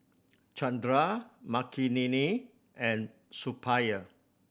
Chandra Makineni and Suppiah